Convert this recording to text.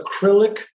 acrylic